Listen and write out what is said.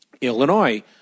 Illinois